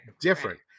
different